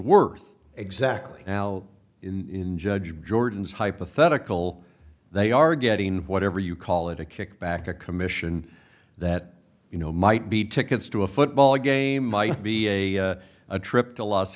worth exactly now in judge jordan's hypothetical they are getting whatever you call it a kickback a commission that you know might be tickets to a football game might be a a trip to las